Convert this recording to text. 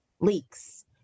leaks